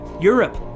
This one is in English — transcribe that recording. Europe